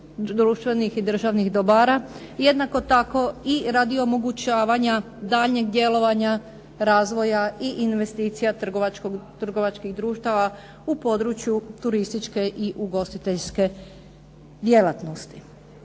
i državnih dobara, jednako tako i radi omogućavanja daljnjeg djelovanja razvoja i investicija trgovačkih društava u području turističke i ugostiteljske djelatnosti.